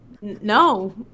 no